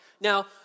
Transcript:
Now